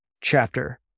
chapter